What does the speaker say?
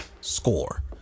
score